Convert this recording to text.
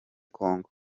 congo